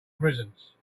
prisons